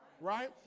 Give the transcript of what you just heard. right